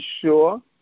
sure